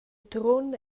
trun